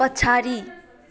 पछाडि